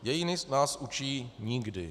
Dějiny nás učí nikdy.